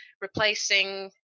replacing